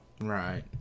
Right